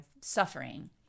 suffering